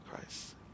Christ